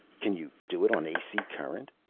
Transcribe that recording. can you do it on ac current?